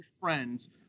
friends